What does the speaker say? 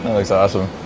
looks awesome!